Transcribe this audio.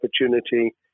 opportunity